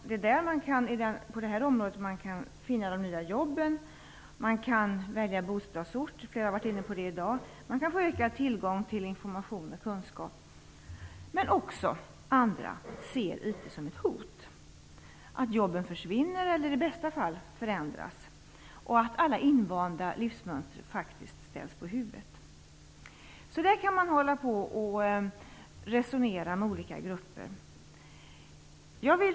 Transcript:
Det är genom den man kan finna de nya jobben, välja bostadsort - som flera har varit inne på i dag - och få ökad tillgång till information och kunskap. Men andra ser IT som ett hot. De ser att jobben försvinner eller i bästa fall förändras. Alla invanda livsmönster ställs på huvudet. Så där kan man resonera med olika grupper.